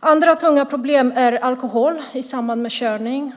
Andra tunga problem är alkohol i samband med körning.